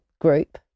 group